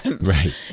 Right